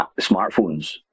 smartphones